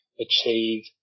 achieve